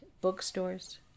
bookstores